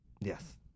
Yes